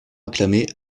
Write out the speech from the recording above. acclamé